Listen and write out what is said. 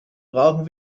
brauchen